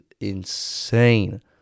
insane